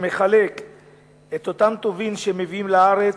שמחלק את אותם טובין שמביאים לארץ,